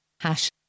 hash